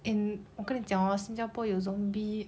and 我跟你讲 hor 新加坡有 zombie